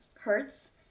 Hertz